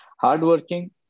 Hardworking